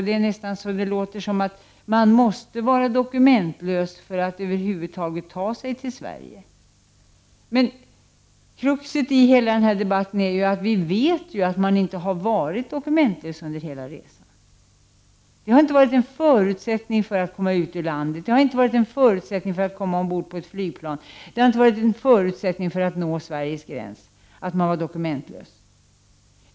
Det låter nästan som att man måste vara dokumentlös för att över huvud taget kunna ta sig till Sverige. Då vill jag säga att kruxet i den här debatten är ju att vi vet att man inte har varit dokumentlös under hela resans gång. En förutsättning för att komma ut ur sitt land, för att komma ombord på ett flygplan och för att nå Sveriges gräns har inte varit att man är dokumentlös.